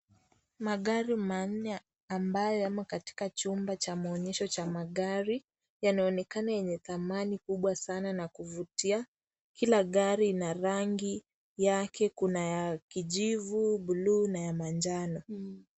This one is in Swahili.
Magari manne ambayo yamo katika chumba cha maonyesho ca magari, yanaonekana kuwa yenye dhamani kubwa sana na kuvutia, kila gari ina rangi yake kuna ya kijivu, buluu na ya manjano.